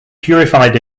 purified